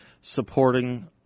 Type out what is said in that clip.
supporting